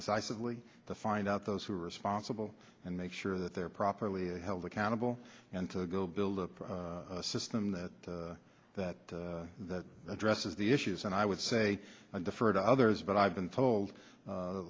decisively to find out those who are responsible and make sure that they're properly held accountable and to go build up a system that that that addresses the issues and i would say defer to others but i've been told